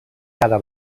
cada